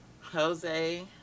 jose